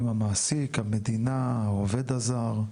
המעסיק, המדינה, העובד הזר,